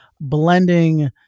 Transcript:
blending